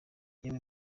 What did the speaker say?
yewe